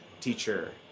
teacher